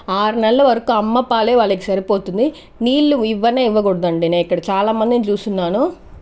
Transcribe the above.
ఆరు నెలల వరకు అమ్మ పాలే వాళ్లకి సరిపోతుంది నీళ్లు ఇవ్వనే ఇవ్వకూడదండి నేను ఇక్కడ చాలామందిని చూసున్నాను